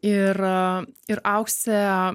ir ir aukse